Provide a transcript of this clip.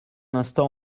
instant